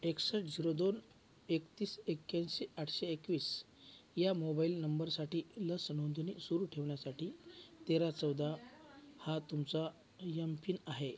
एकसष्ट झिरो दोन एकतीस एक्क्याऐंशी आठशे एकवीस या मोबाईल नंबरसाठी लस नोंदणी सुरू ठेवण्यासाठी तेरा चौदा हा तुमचा यम पिन आहे